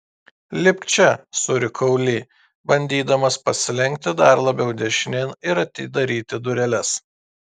lipk čia surikau li bandydamas pasilenkti dar labiau dešinėn ir atidaryti dureles